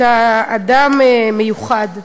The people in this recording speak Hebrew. אתם אדם מיוחד,